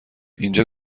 اینجا